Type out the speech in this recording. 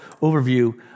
overview